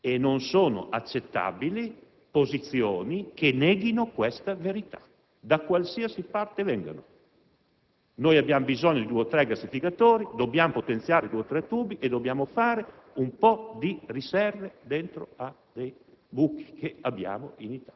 gas. Non sono accettabili posizioni che neghino questa verità, da qualsiasi parte vengano. Abbiamo bisogno di 2-3 gassificatori, dobbiamo potenziare 2-3 tubi e dobbiamo avere un po' di riserve dentro ai buchi